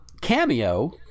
Cameo